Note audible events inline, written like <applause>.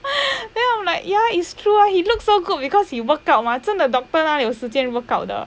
<laughs> 没有 like ya is true ah he look so good because he work out mah 真的 doctor 哪有有时间 workout 的